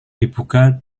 dibuka